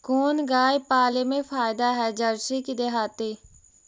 कोन गाय पाले मे फायदा है जरसी कि देहाती?